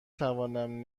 توانم